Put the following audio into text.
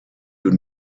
you